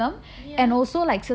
ya